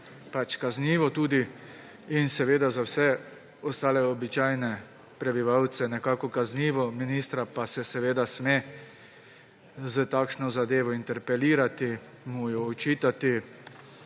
pač kaznivo tudi in za vse ostale običajne prebivalce nekako kaznivo; ministra pa se seveda sme s takšno zadevo interpelirati, mu jo očitati